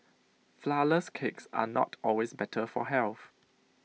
Flourless Cakes are not always better for health